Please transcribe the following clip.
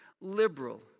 Liberal